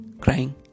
crying